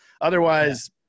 Otherwise